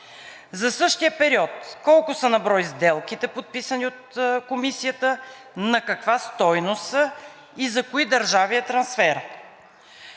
За същия период колко са на брой сделките, подписани от Комисията, на каква стойност са и за кои държави е трансферът?